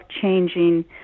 changing